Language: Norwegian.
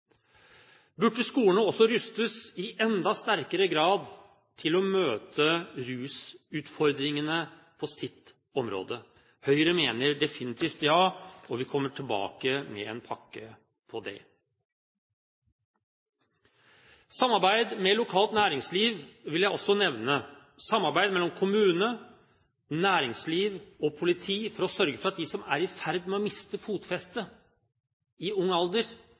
Burde skolene også rustes i enda sterkere grad til å møte rusutfordringene på sitt område? Høyre mener definitivt ja, og vi kommer tilbake med en pakke på det. Samarbeid med lokalt næringsliv vil jeg også nevne, samarbeid mellom kommune, næringsliv og politi for å sørge for at de som er i ferd med å miste fotfestet i ung alder,